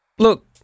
Look